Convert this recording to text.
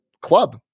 club